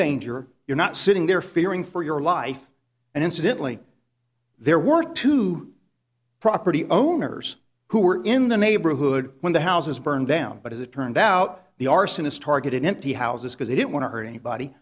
danger you're not sitting there fearing for your life and incidentally there were two property owners who were in the neighborhood when the houses burned down but as it turned out the arsonist targeted empty houses because he didn't want to hurt anybody